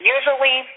Usually